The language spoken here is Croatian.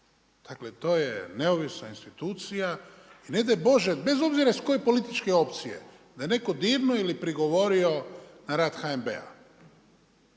Dakle, to je neovisna institucija i ne daj Bože bez obzira iz koje političke opcije, da je netko dirnuo ili prigovorio na rad HNB-a.